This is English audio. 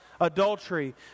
adultery